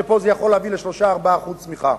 שזה יכול להביא ל-3% 4% צמיחה.